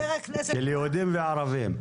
של יהודים וערבים.